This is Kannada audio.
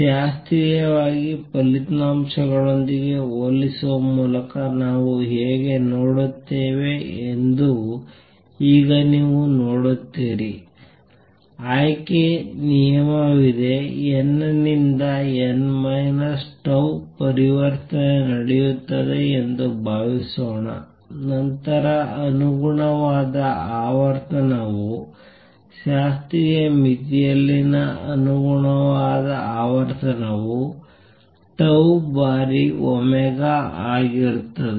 ಶಾಸ್ತ್ರೀಯ ಫಲಿತಾಂಶಗಳೊಂದಿಗೆ ಹೋಲಿಸುವ ಮೂಲಕ ನಾವು ಹೇಗೆ ನೋಡುತ್ತೇವೆ ಎಂದು ಈಗ ನೀವು ನೋಡುತ್ತೀರಿ ಆಯ್ಕೆ ನಿಯಮವಿದೆ n ನಿಂದ n ಮೈನಸ್ ಟೌ ಪರಿವರ್ತನೆ ನಡೆಯುತ್ತದೆ ಎಂದು ಭಾವಿಸೋಣ ನಂತರ ಅನುಗುಣವಾದ ಆವರ್ತನವು ಶಾಸ್ತ್ರೀಯ ಮಿತಿಯಲ್ಲಿನ ಅನುಗುಣವಾದ ಆವರ್ತನವು ಟೌ ಬಾರಿ ಒಮೆಗಾ ಆಗಿರುತ್ತದೆ